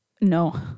No